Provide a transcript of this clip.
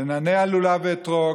לנענע לולב ואתרוג,